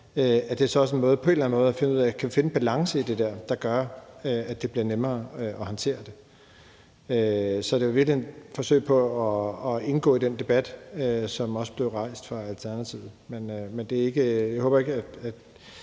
er det også en måde til at finde ud af, om vi kan finde en balance i det der, der gør, at det bliver nemmere at håndtere. Så det er i virkeligheden et forsøg på at indgå i den debat, som også blev rejst af Alternativet. Men jeg håber ikke, at